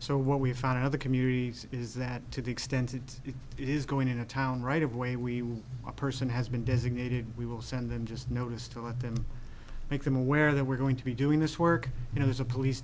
so what we've found other communities is that to the extent it is going in a town right of way we will a person has been designated we will send them just notice to let them make them aware that we're going to be doing this work you know there's a police